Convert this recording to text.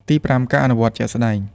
ទីប្រាំ ការអនុវត្តជាក់ស្តែង។